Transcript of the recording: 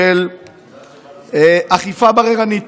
של אכיפה בררנית,